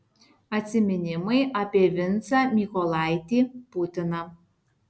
atsiminimai apie vincą mykolaitį putiną